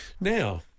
Now